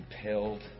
compelled